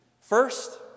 First